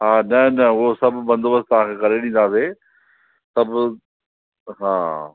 हा न न उहो सभु बंदोबस्तु तव्हां खे करे ॾींदासीं सभु हा